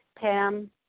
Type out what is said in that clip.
Pam